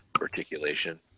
Articulation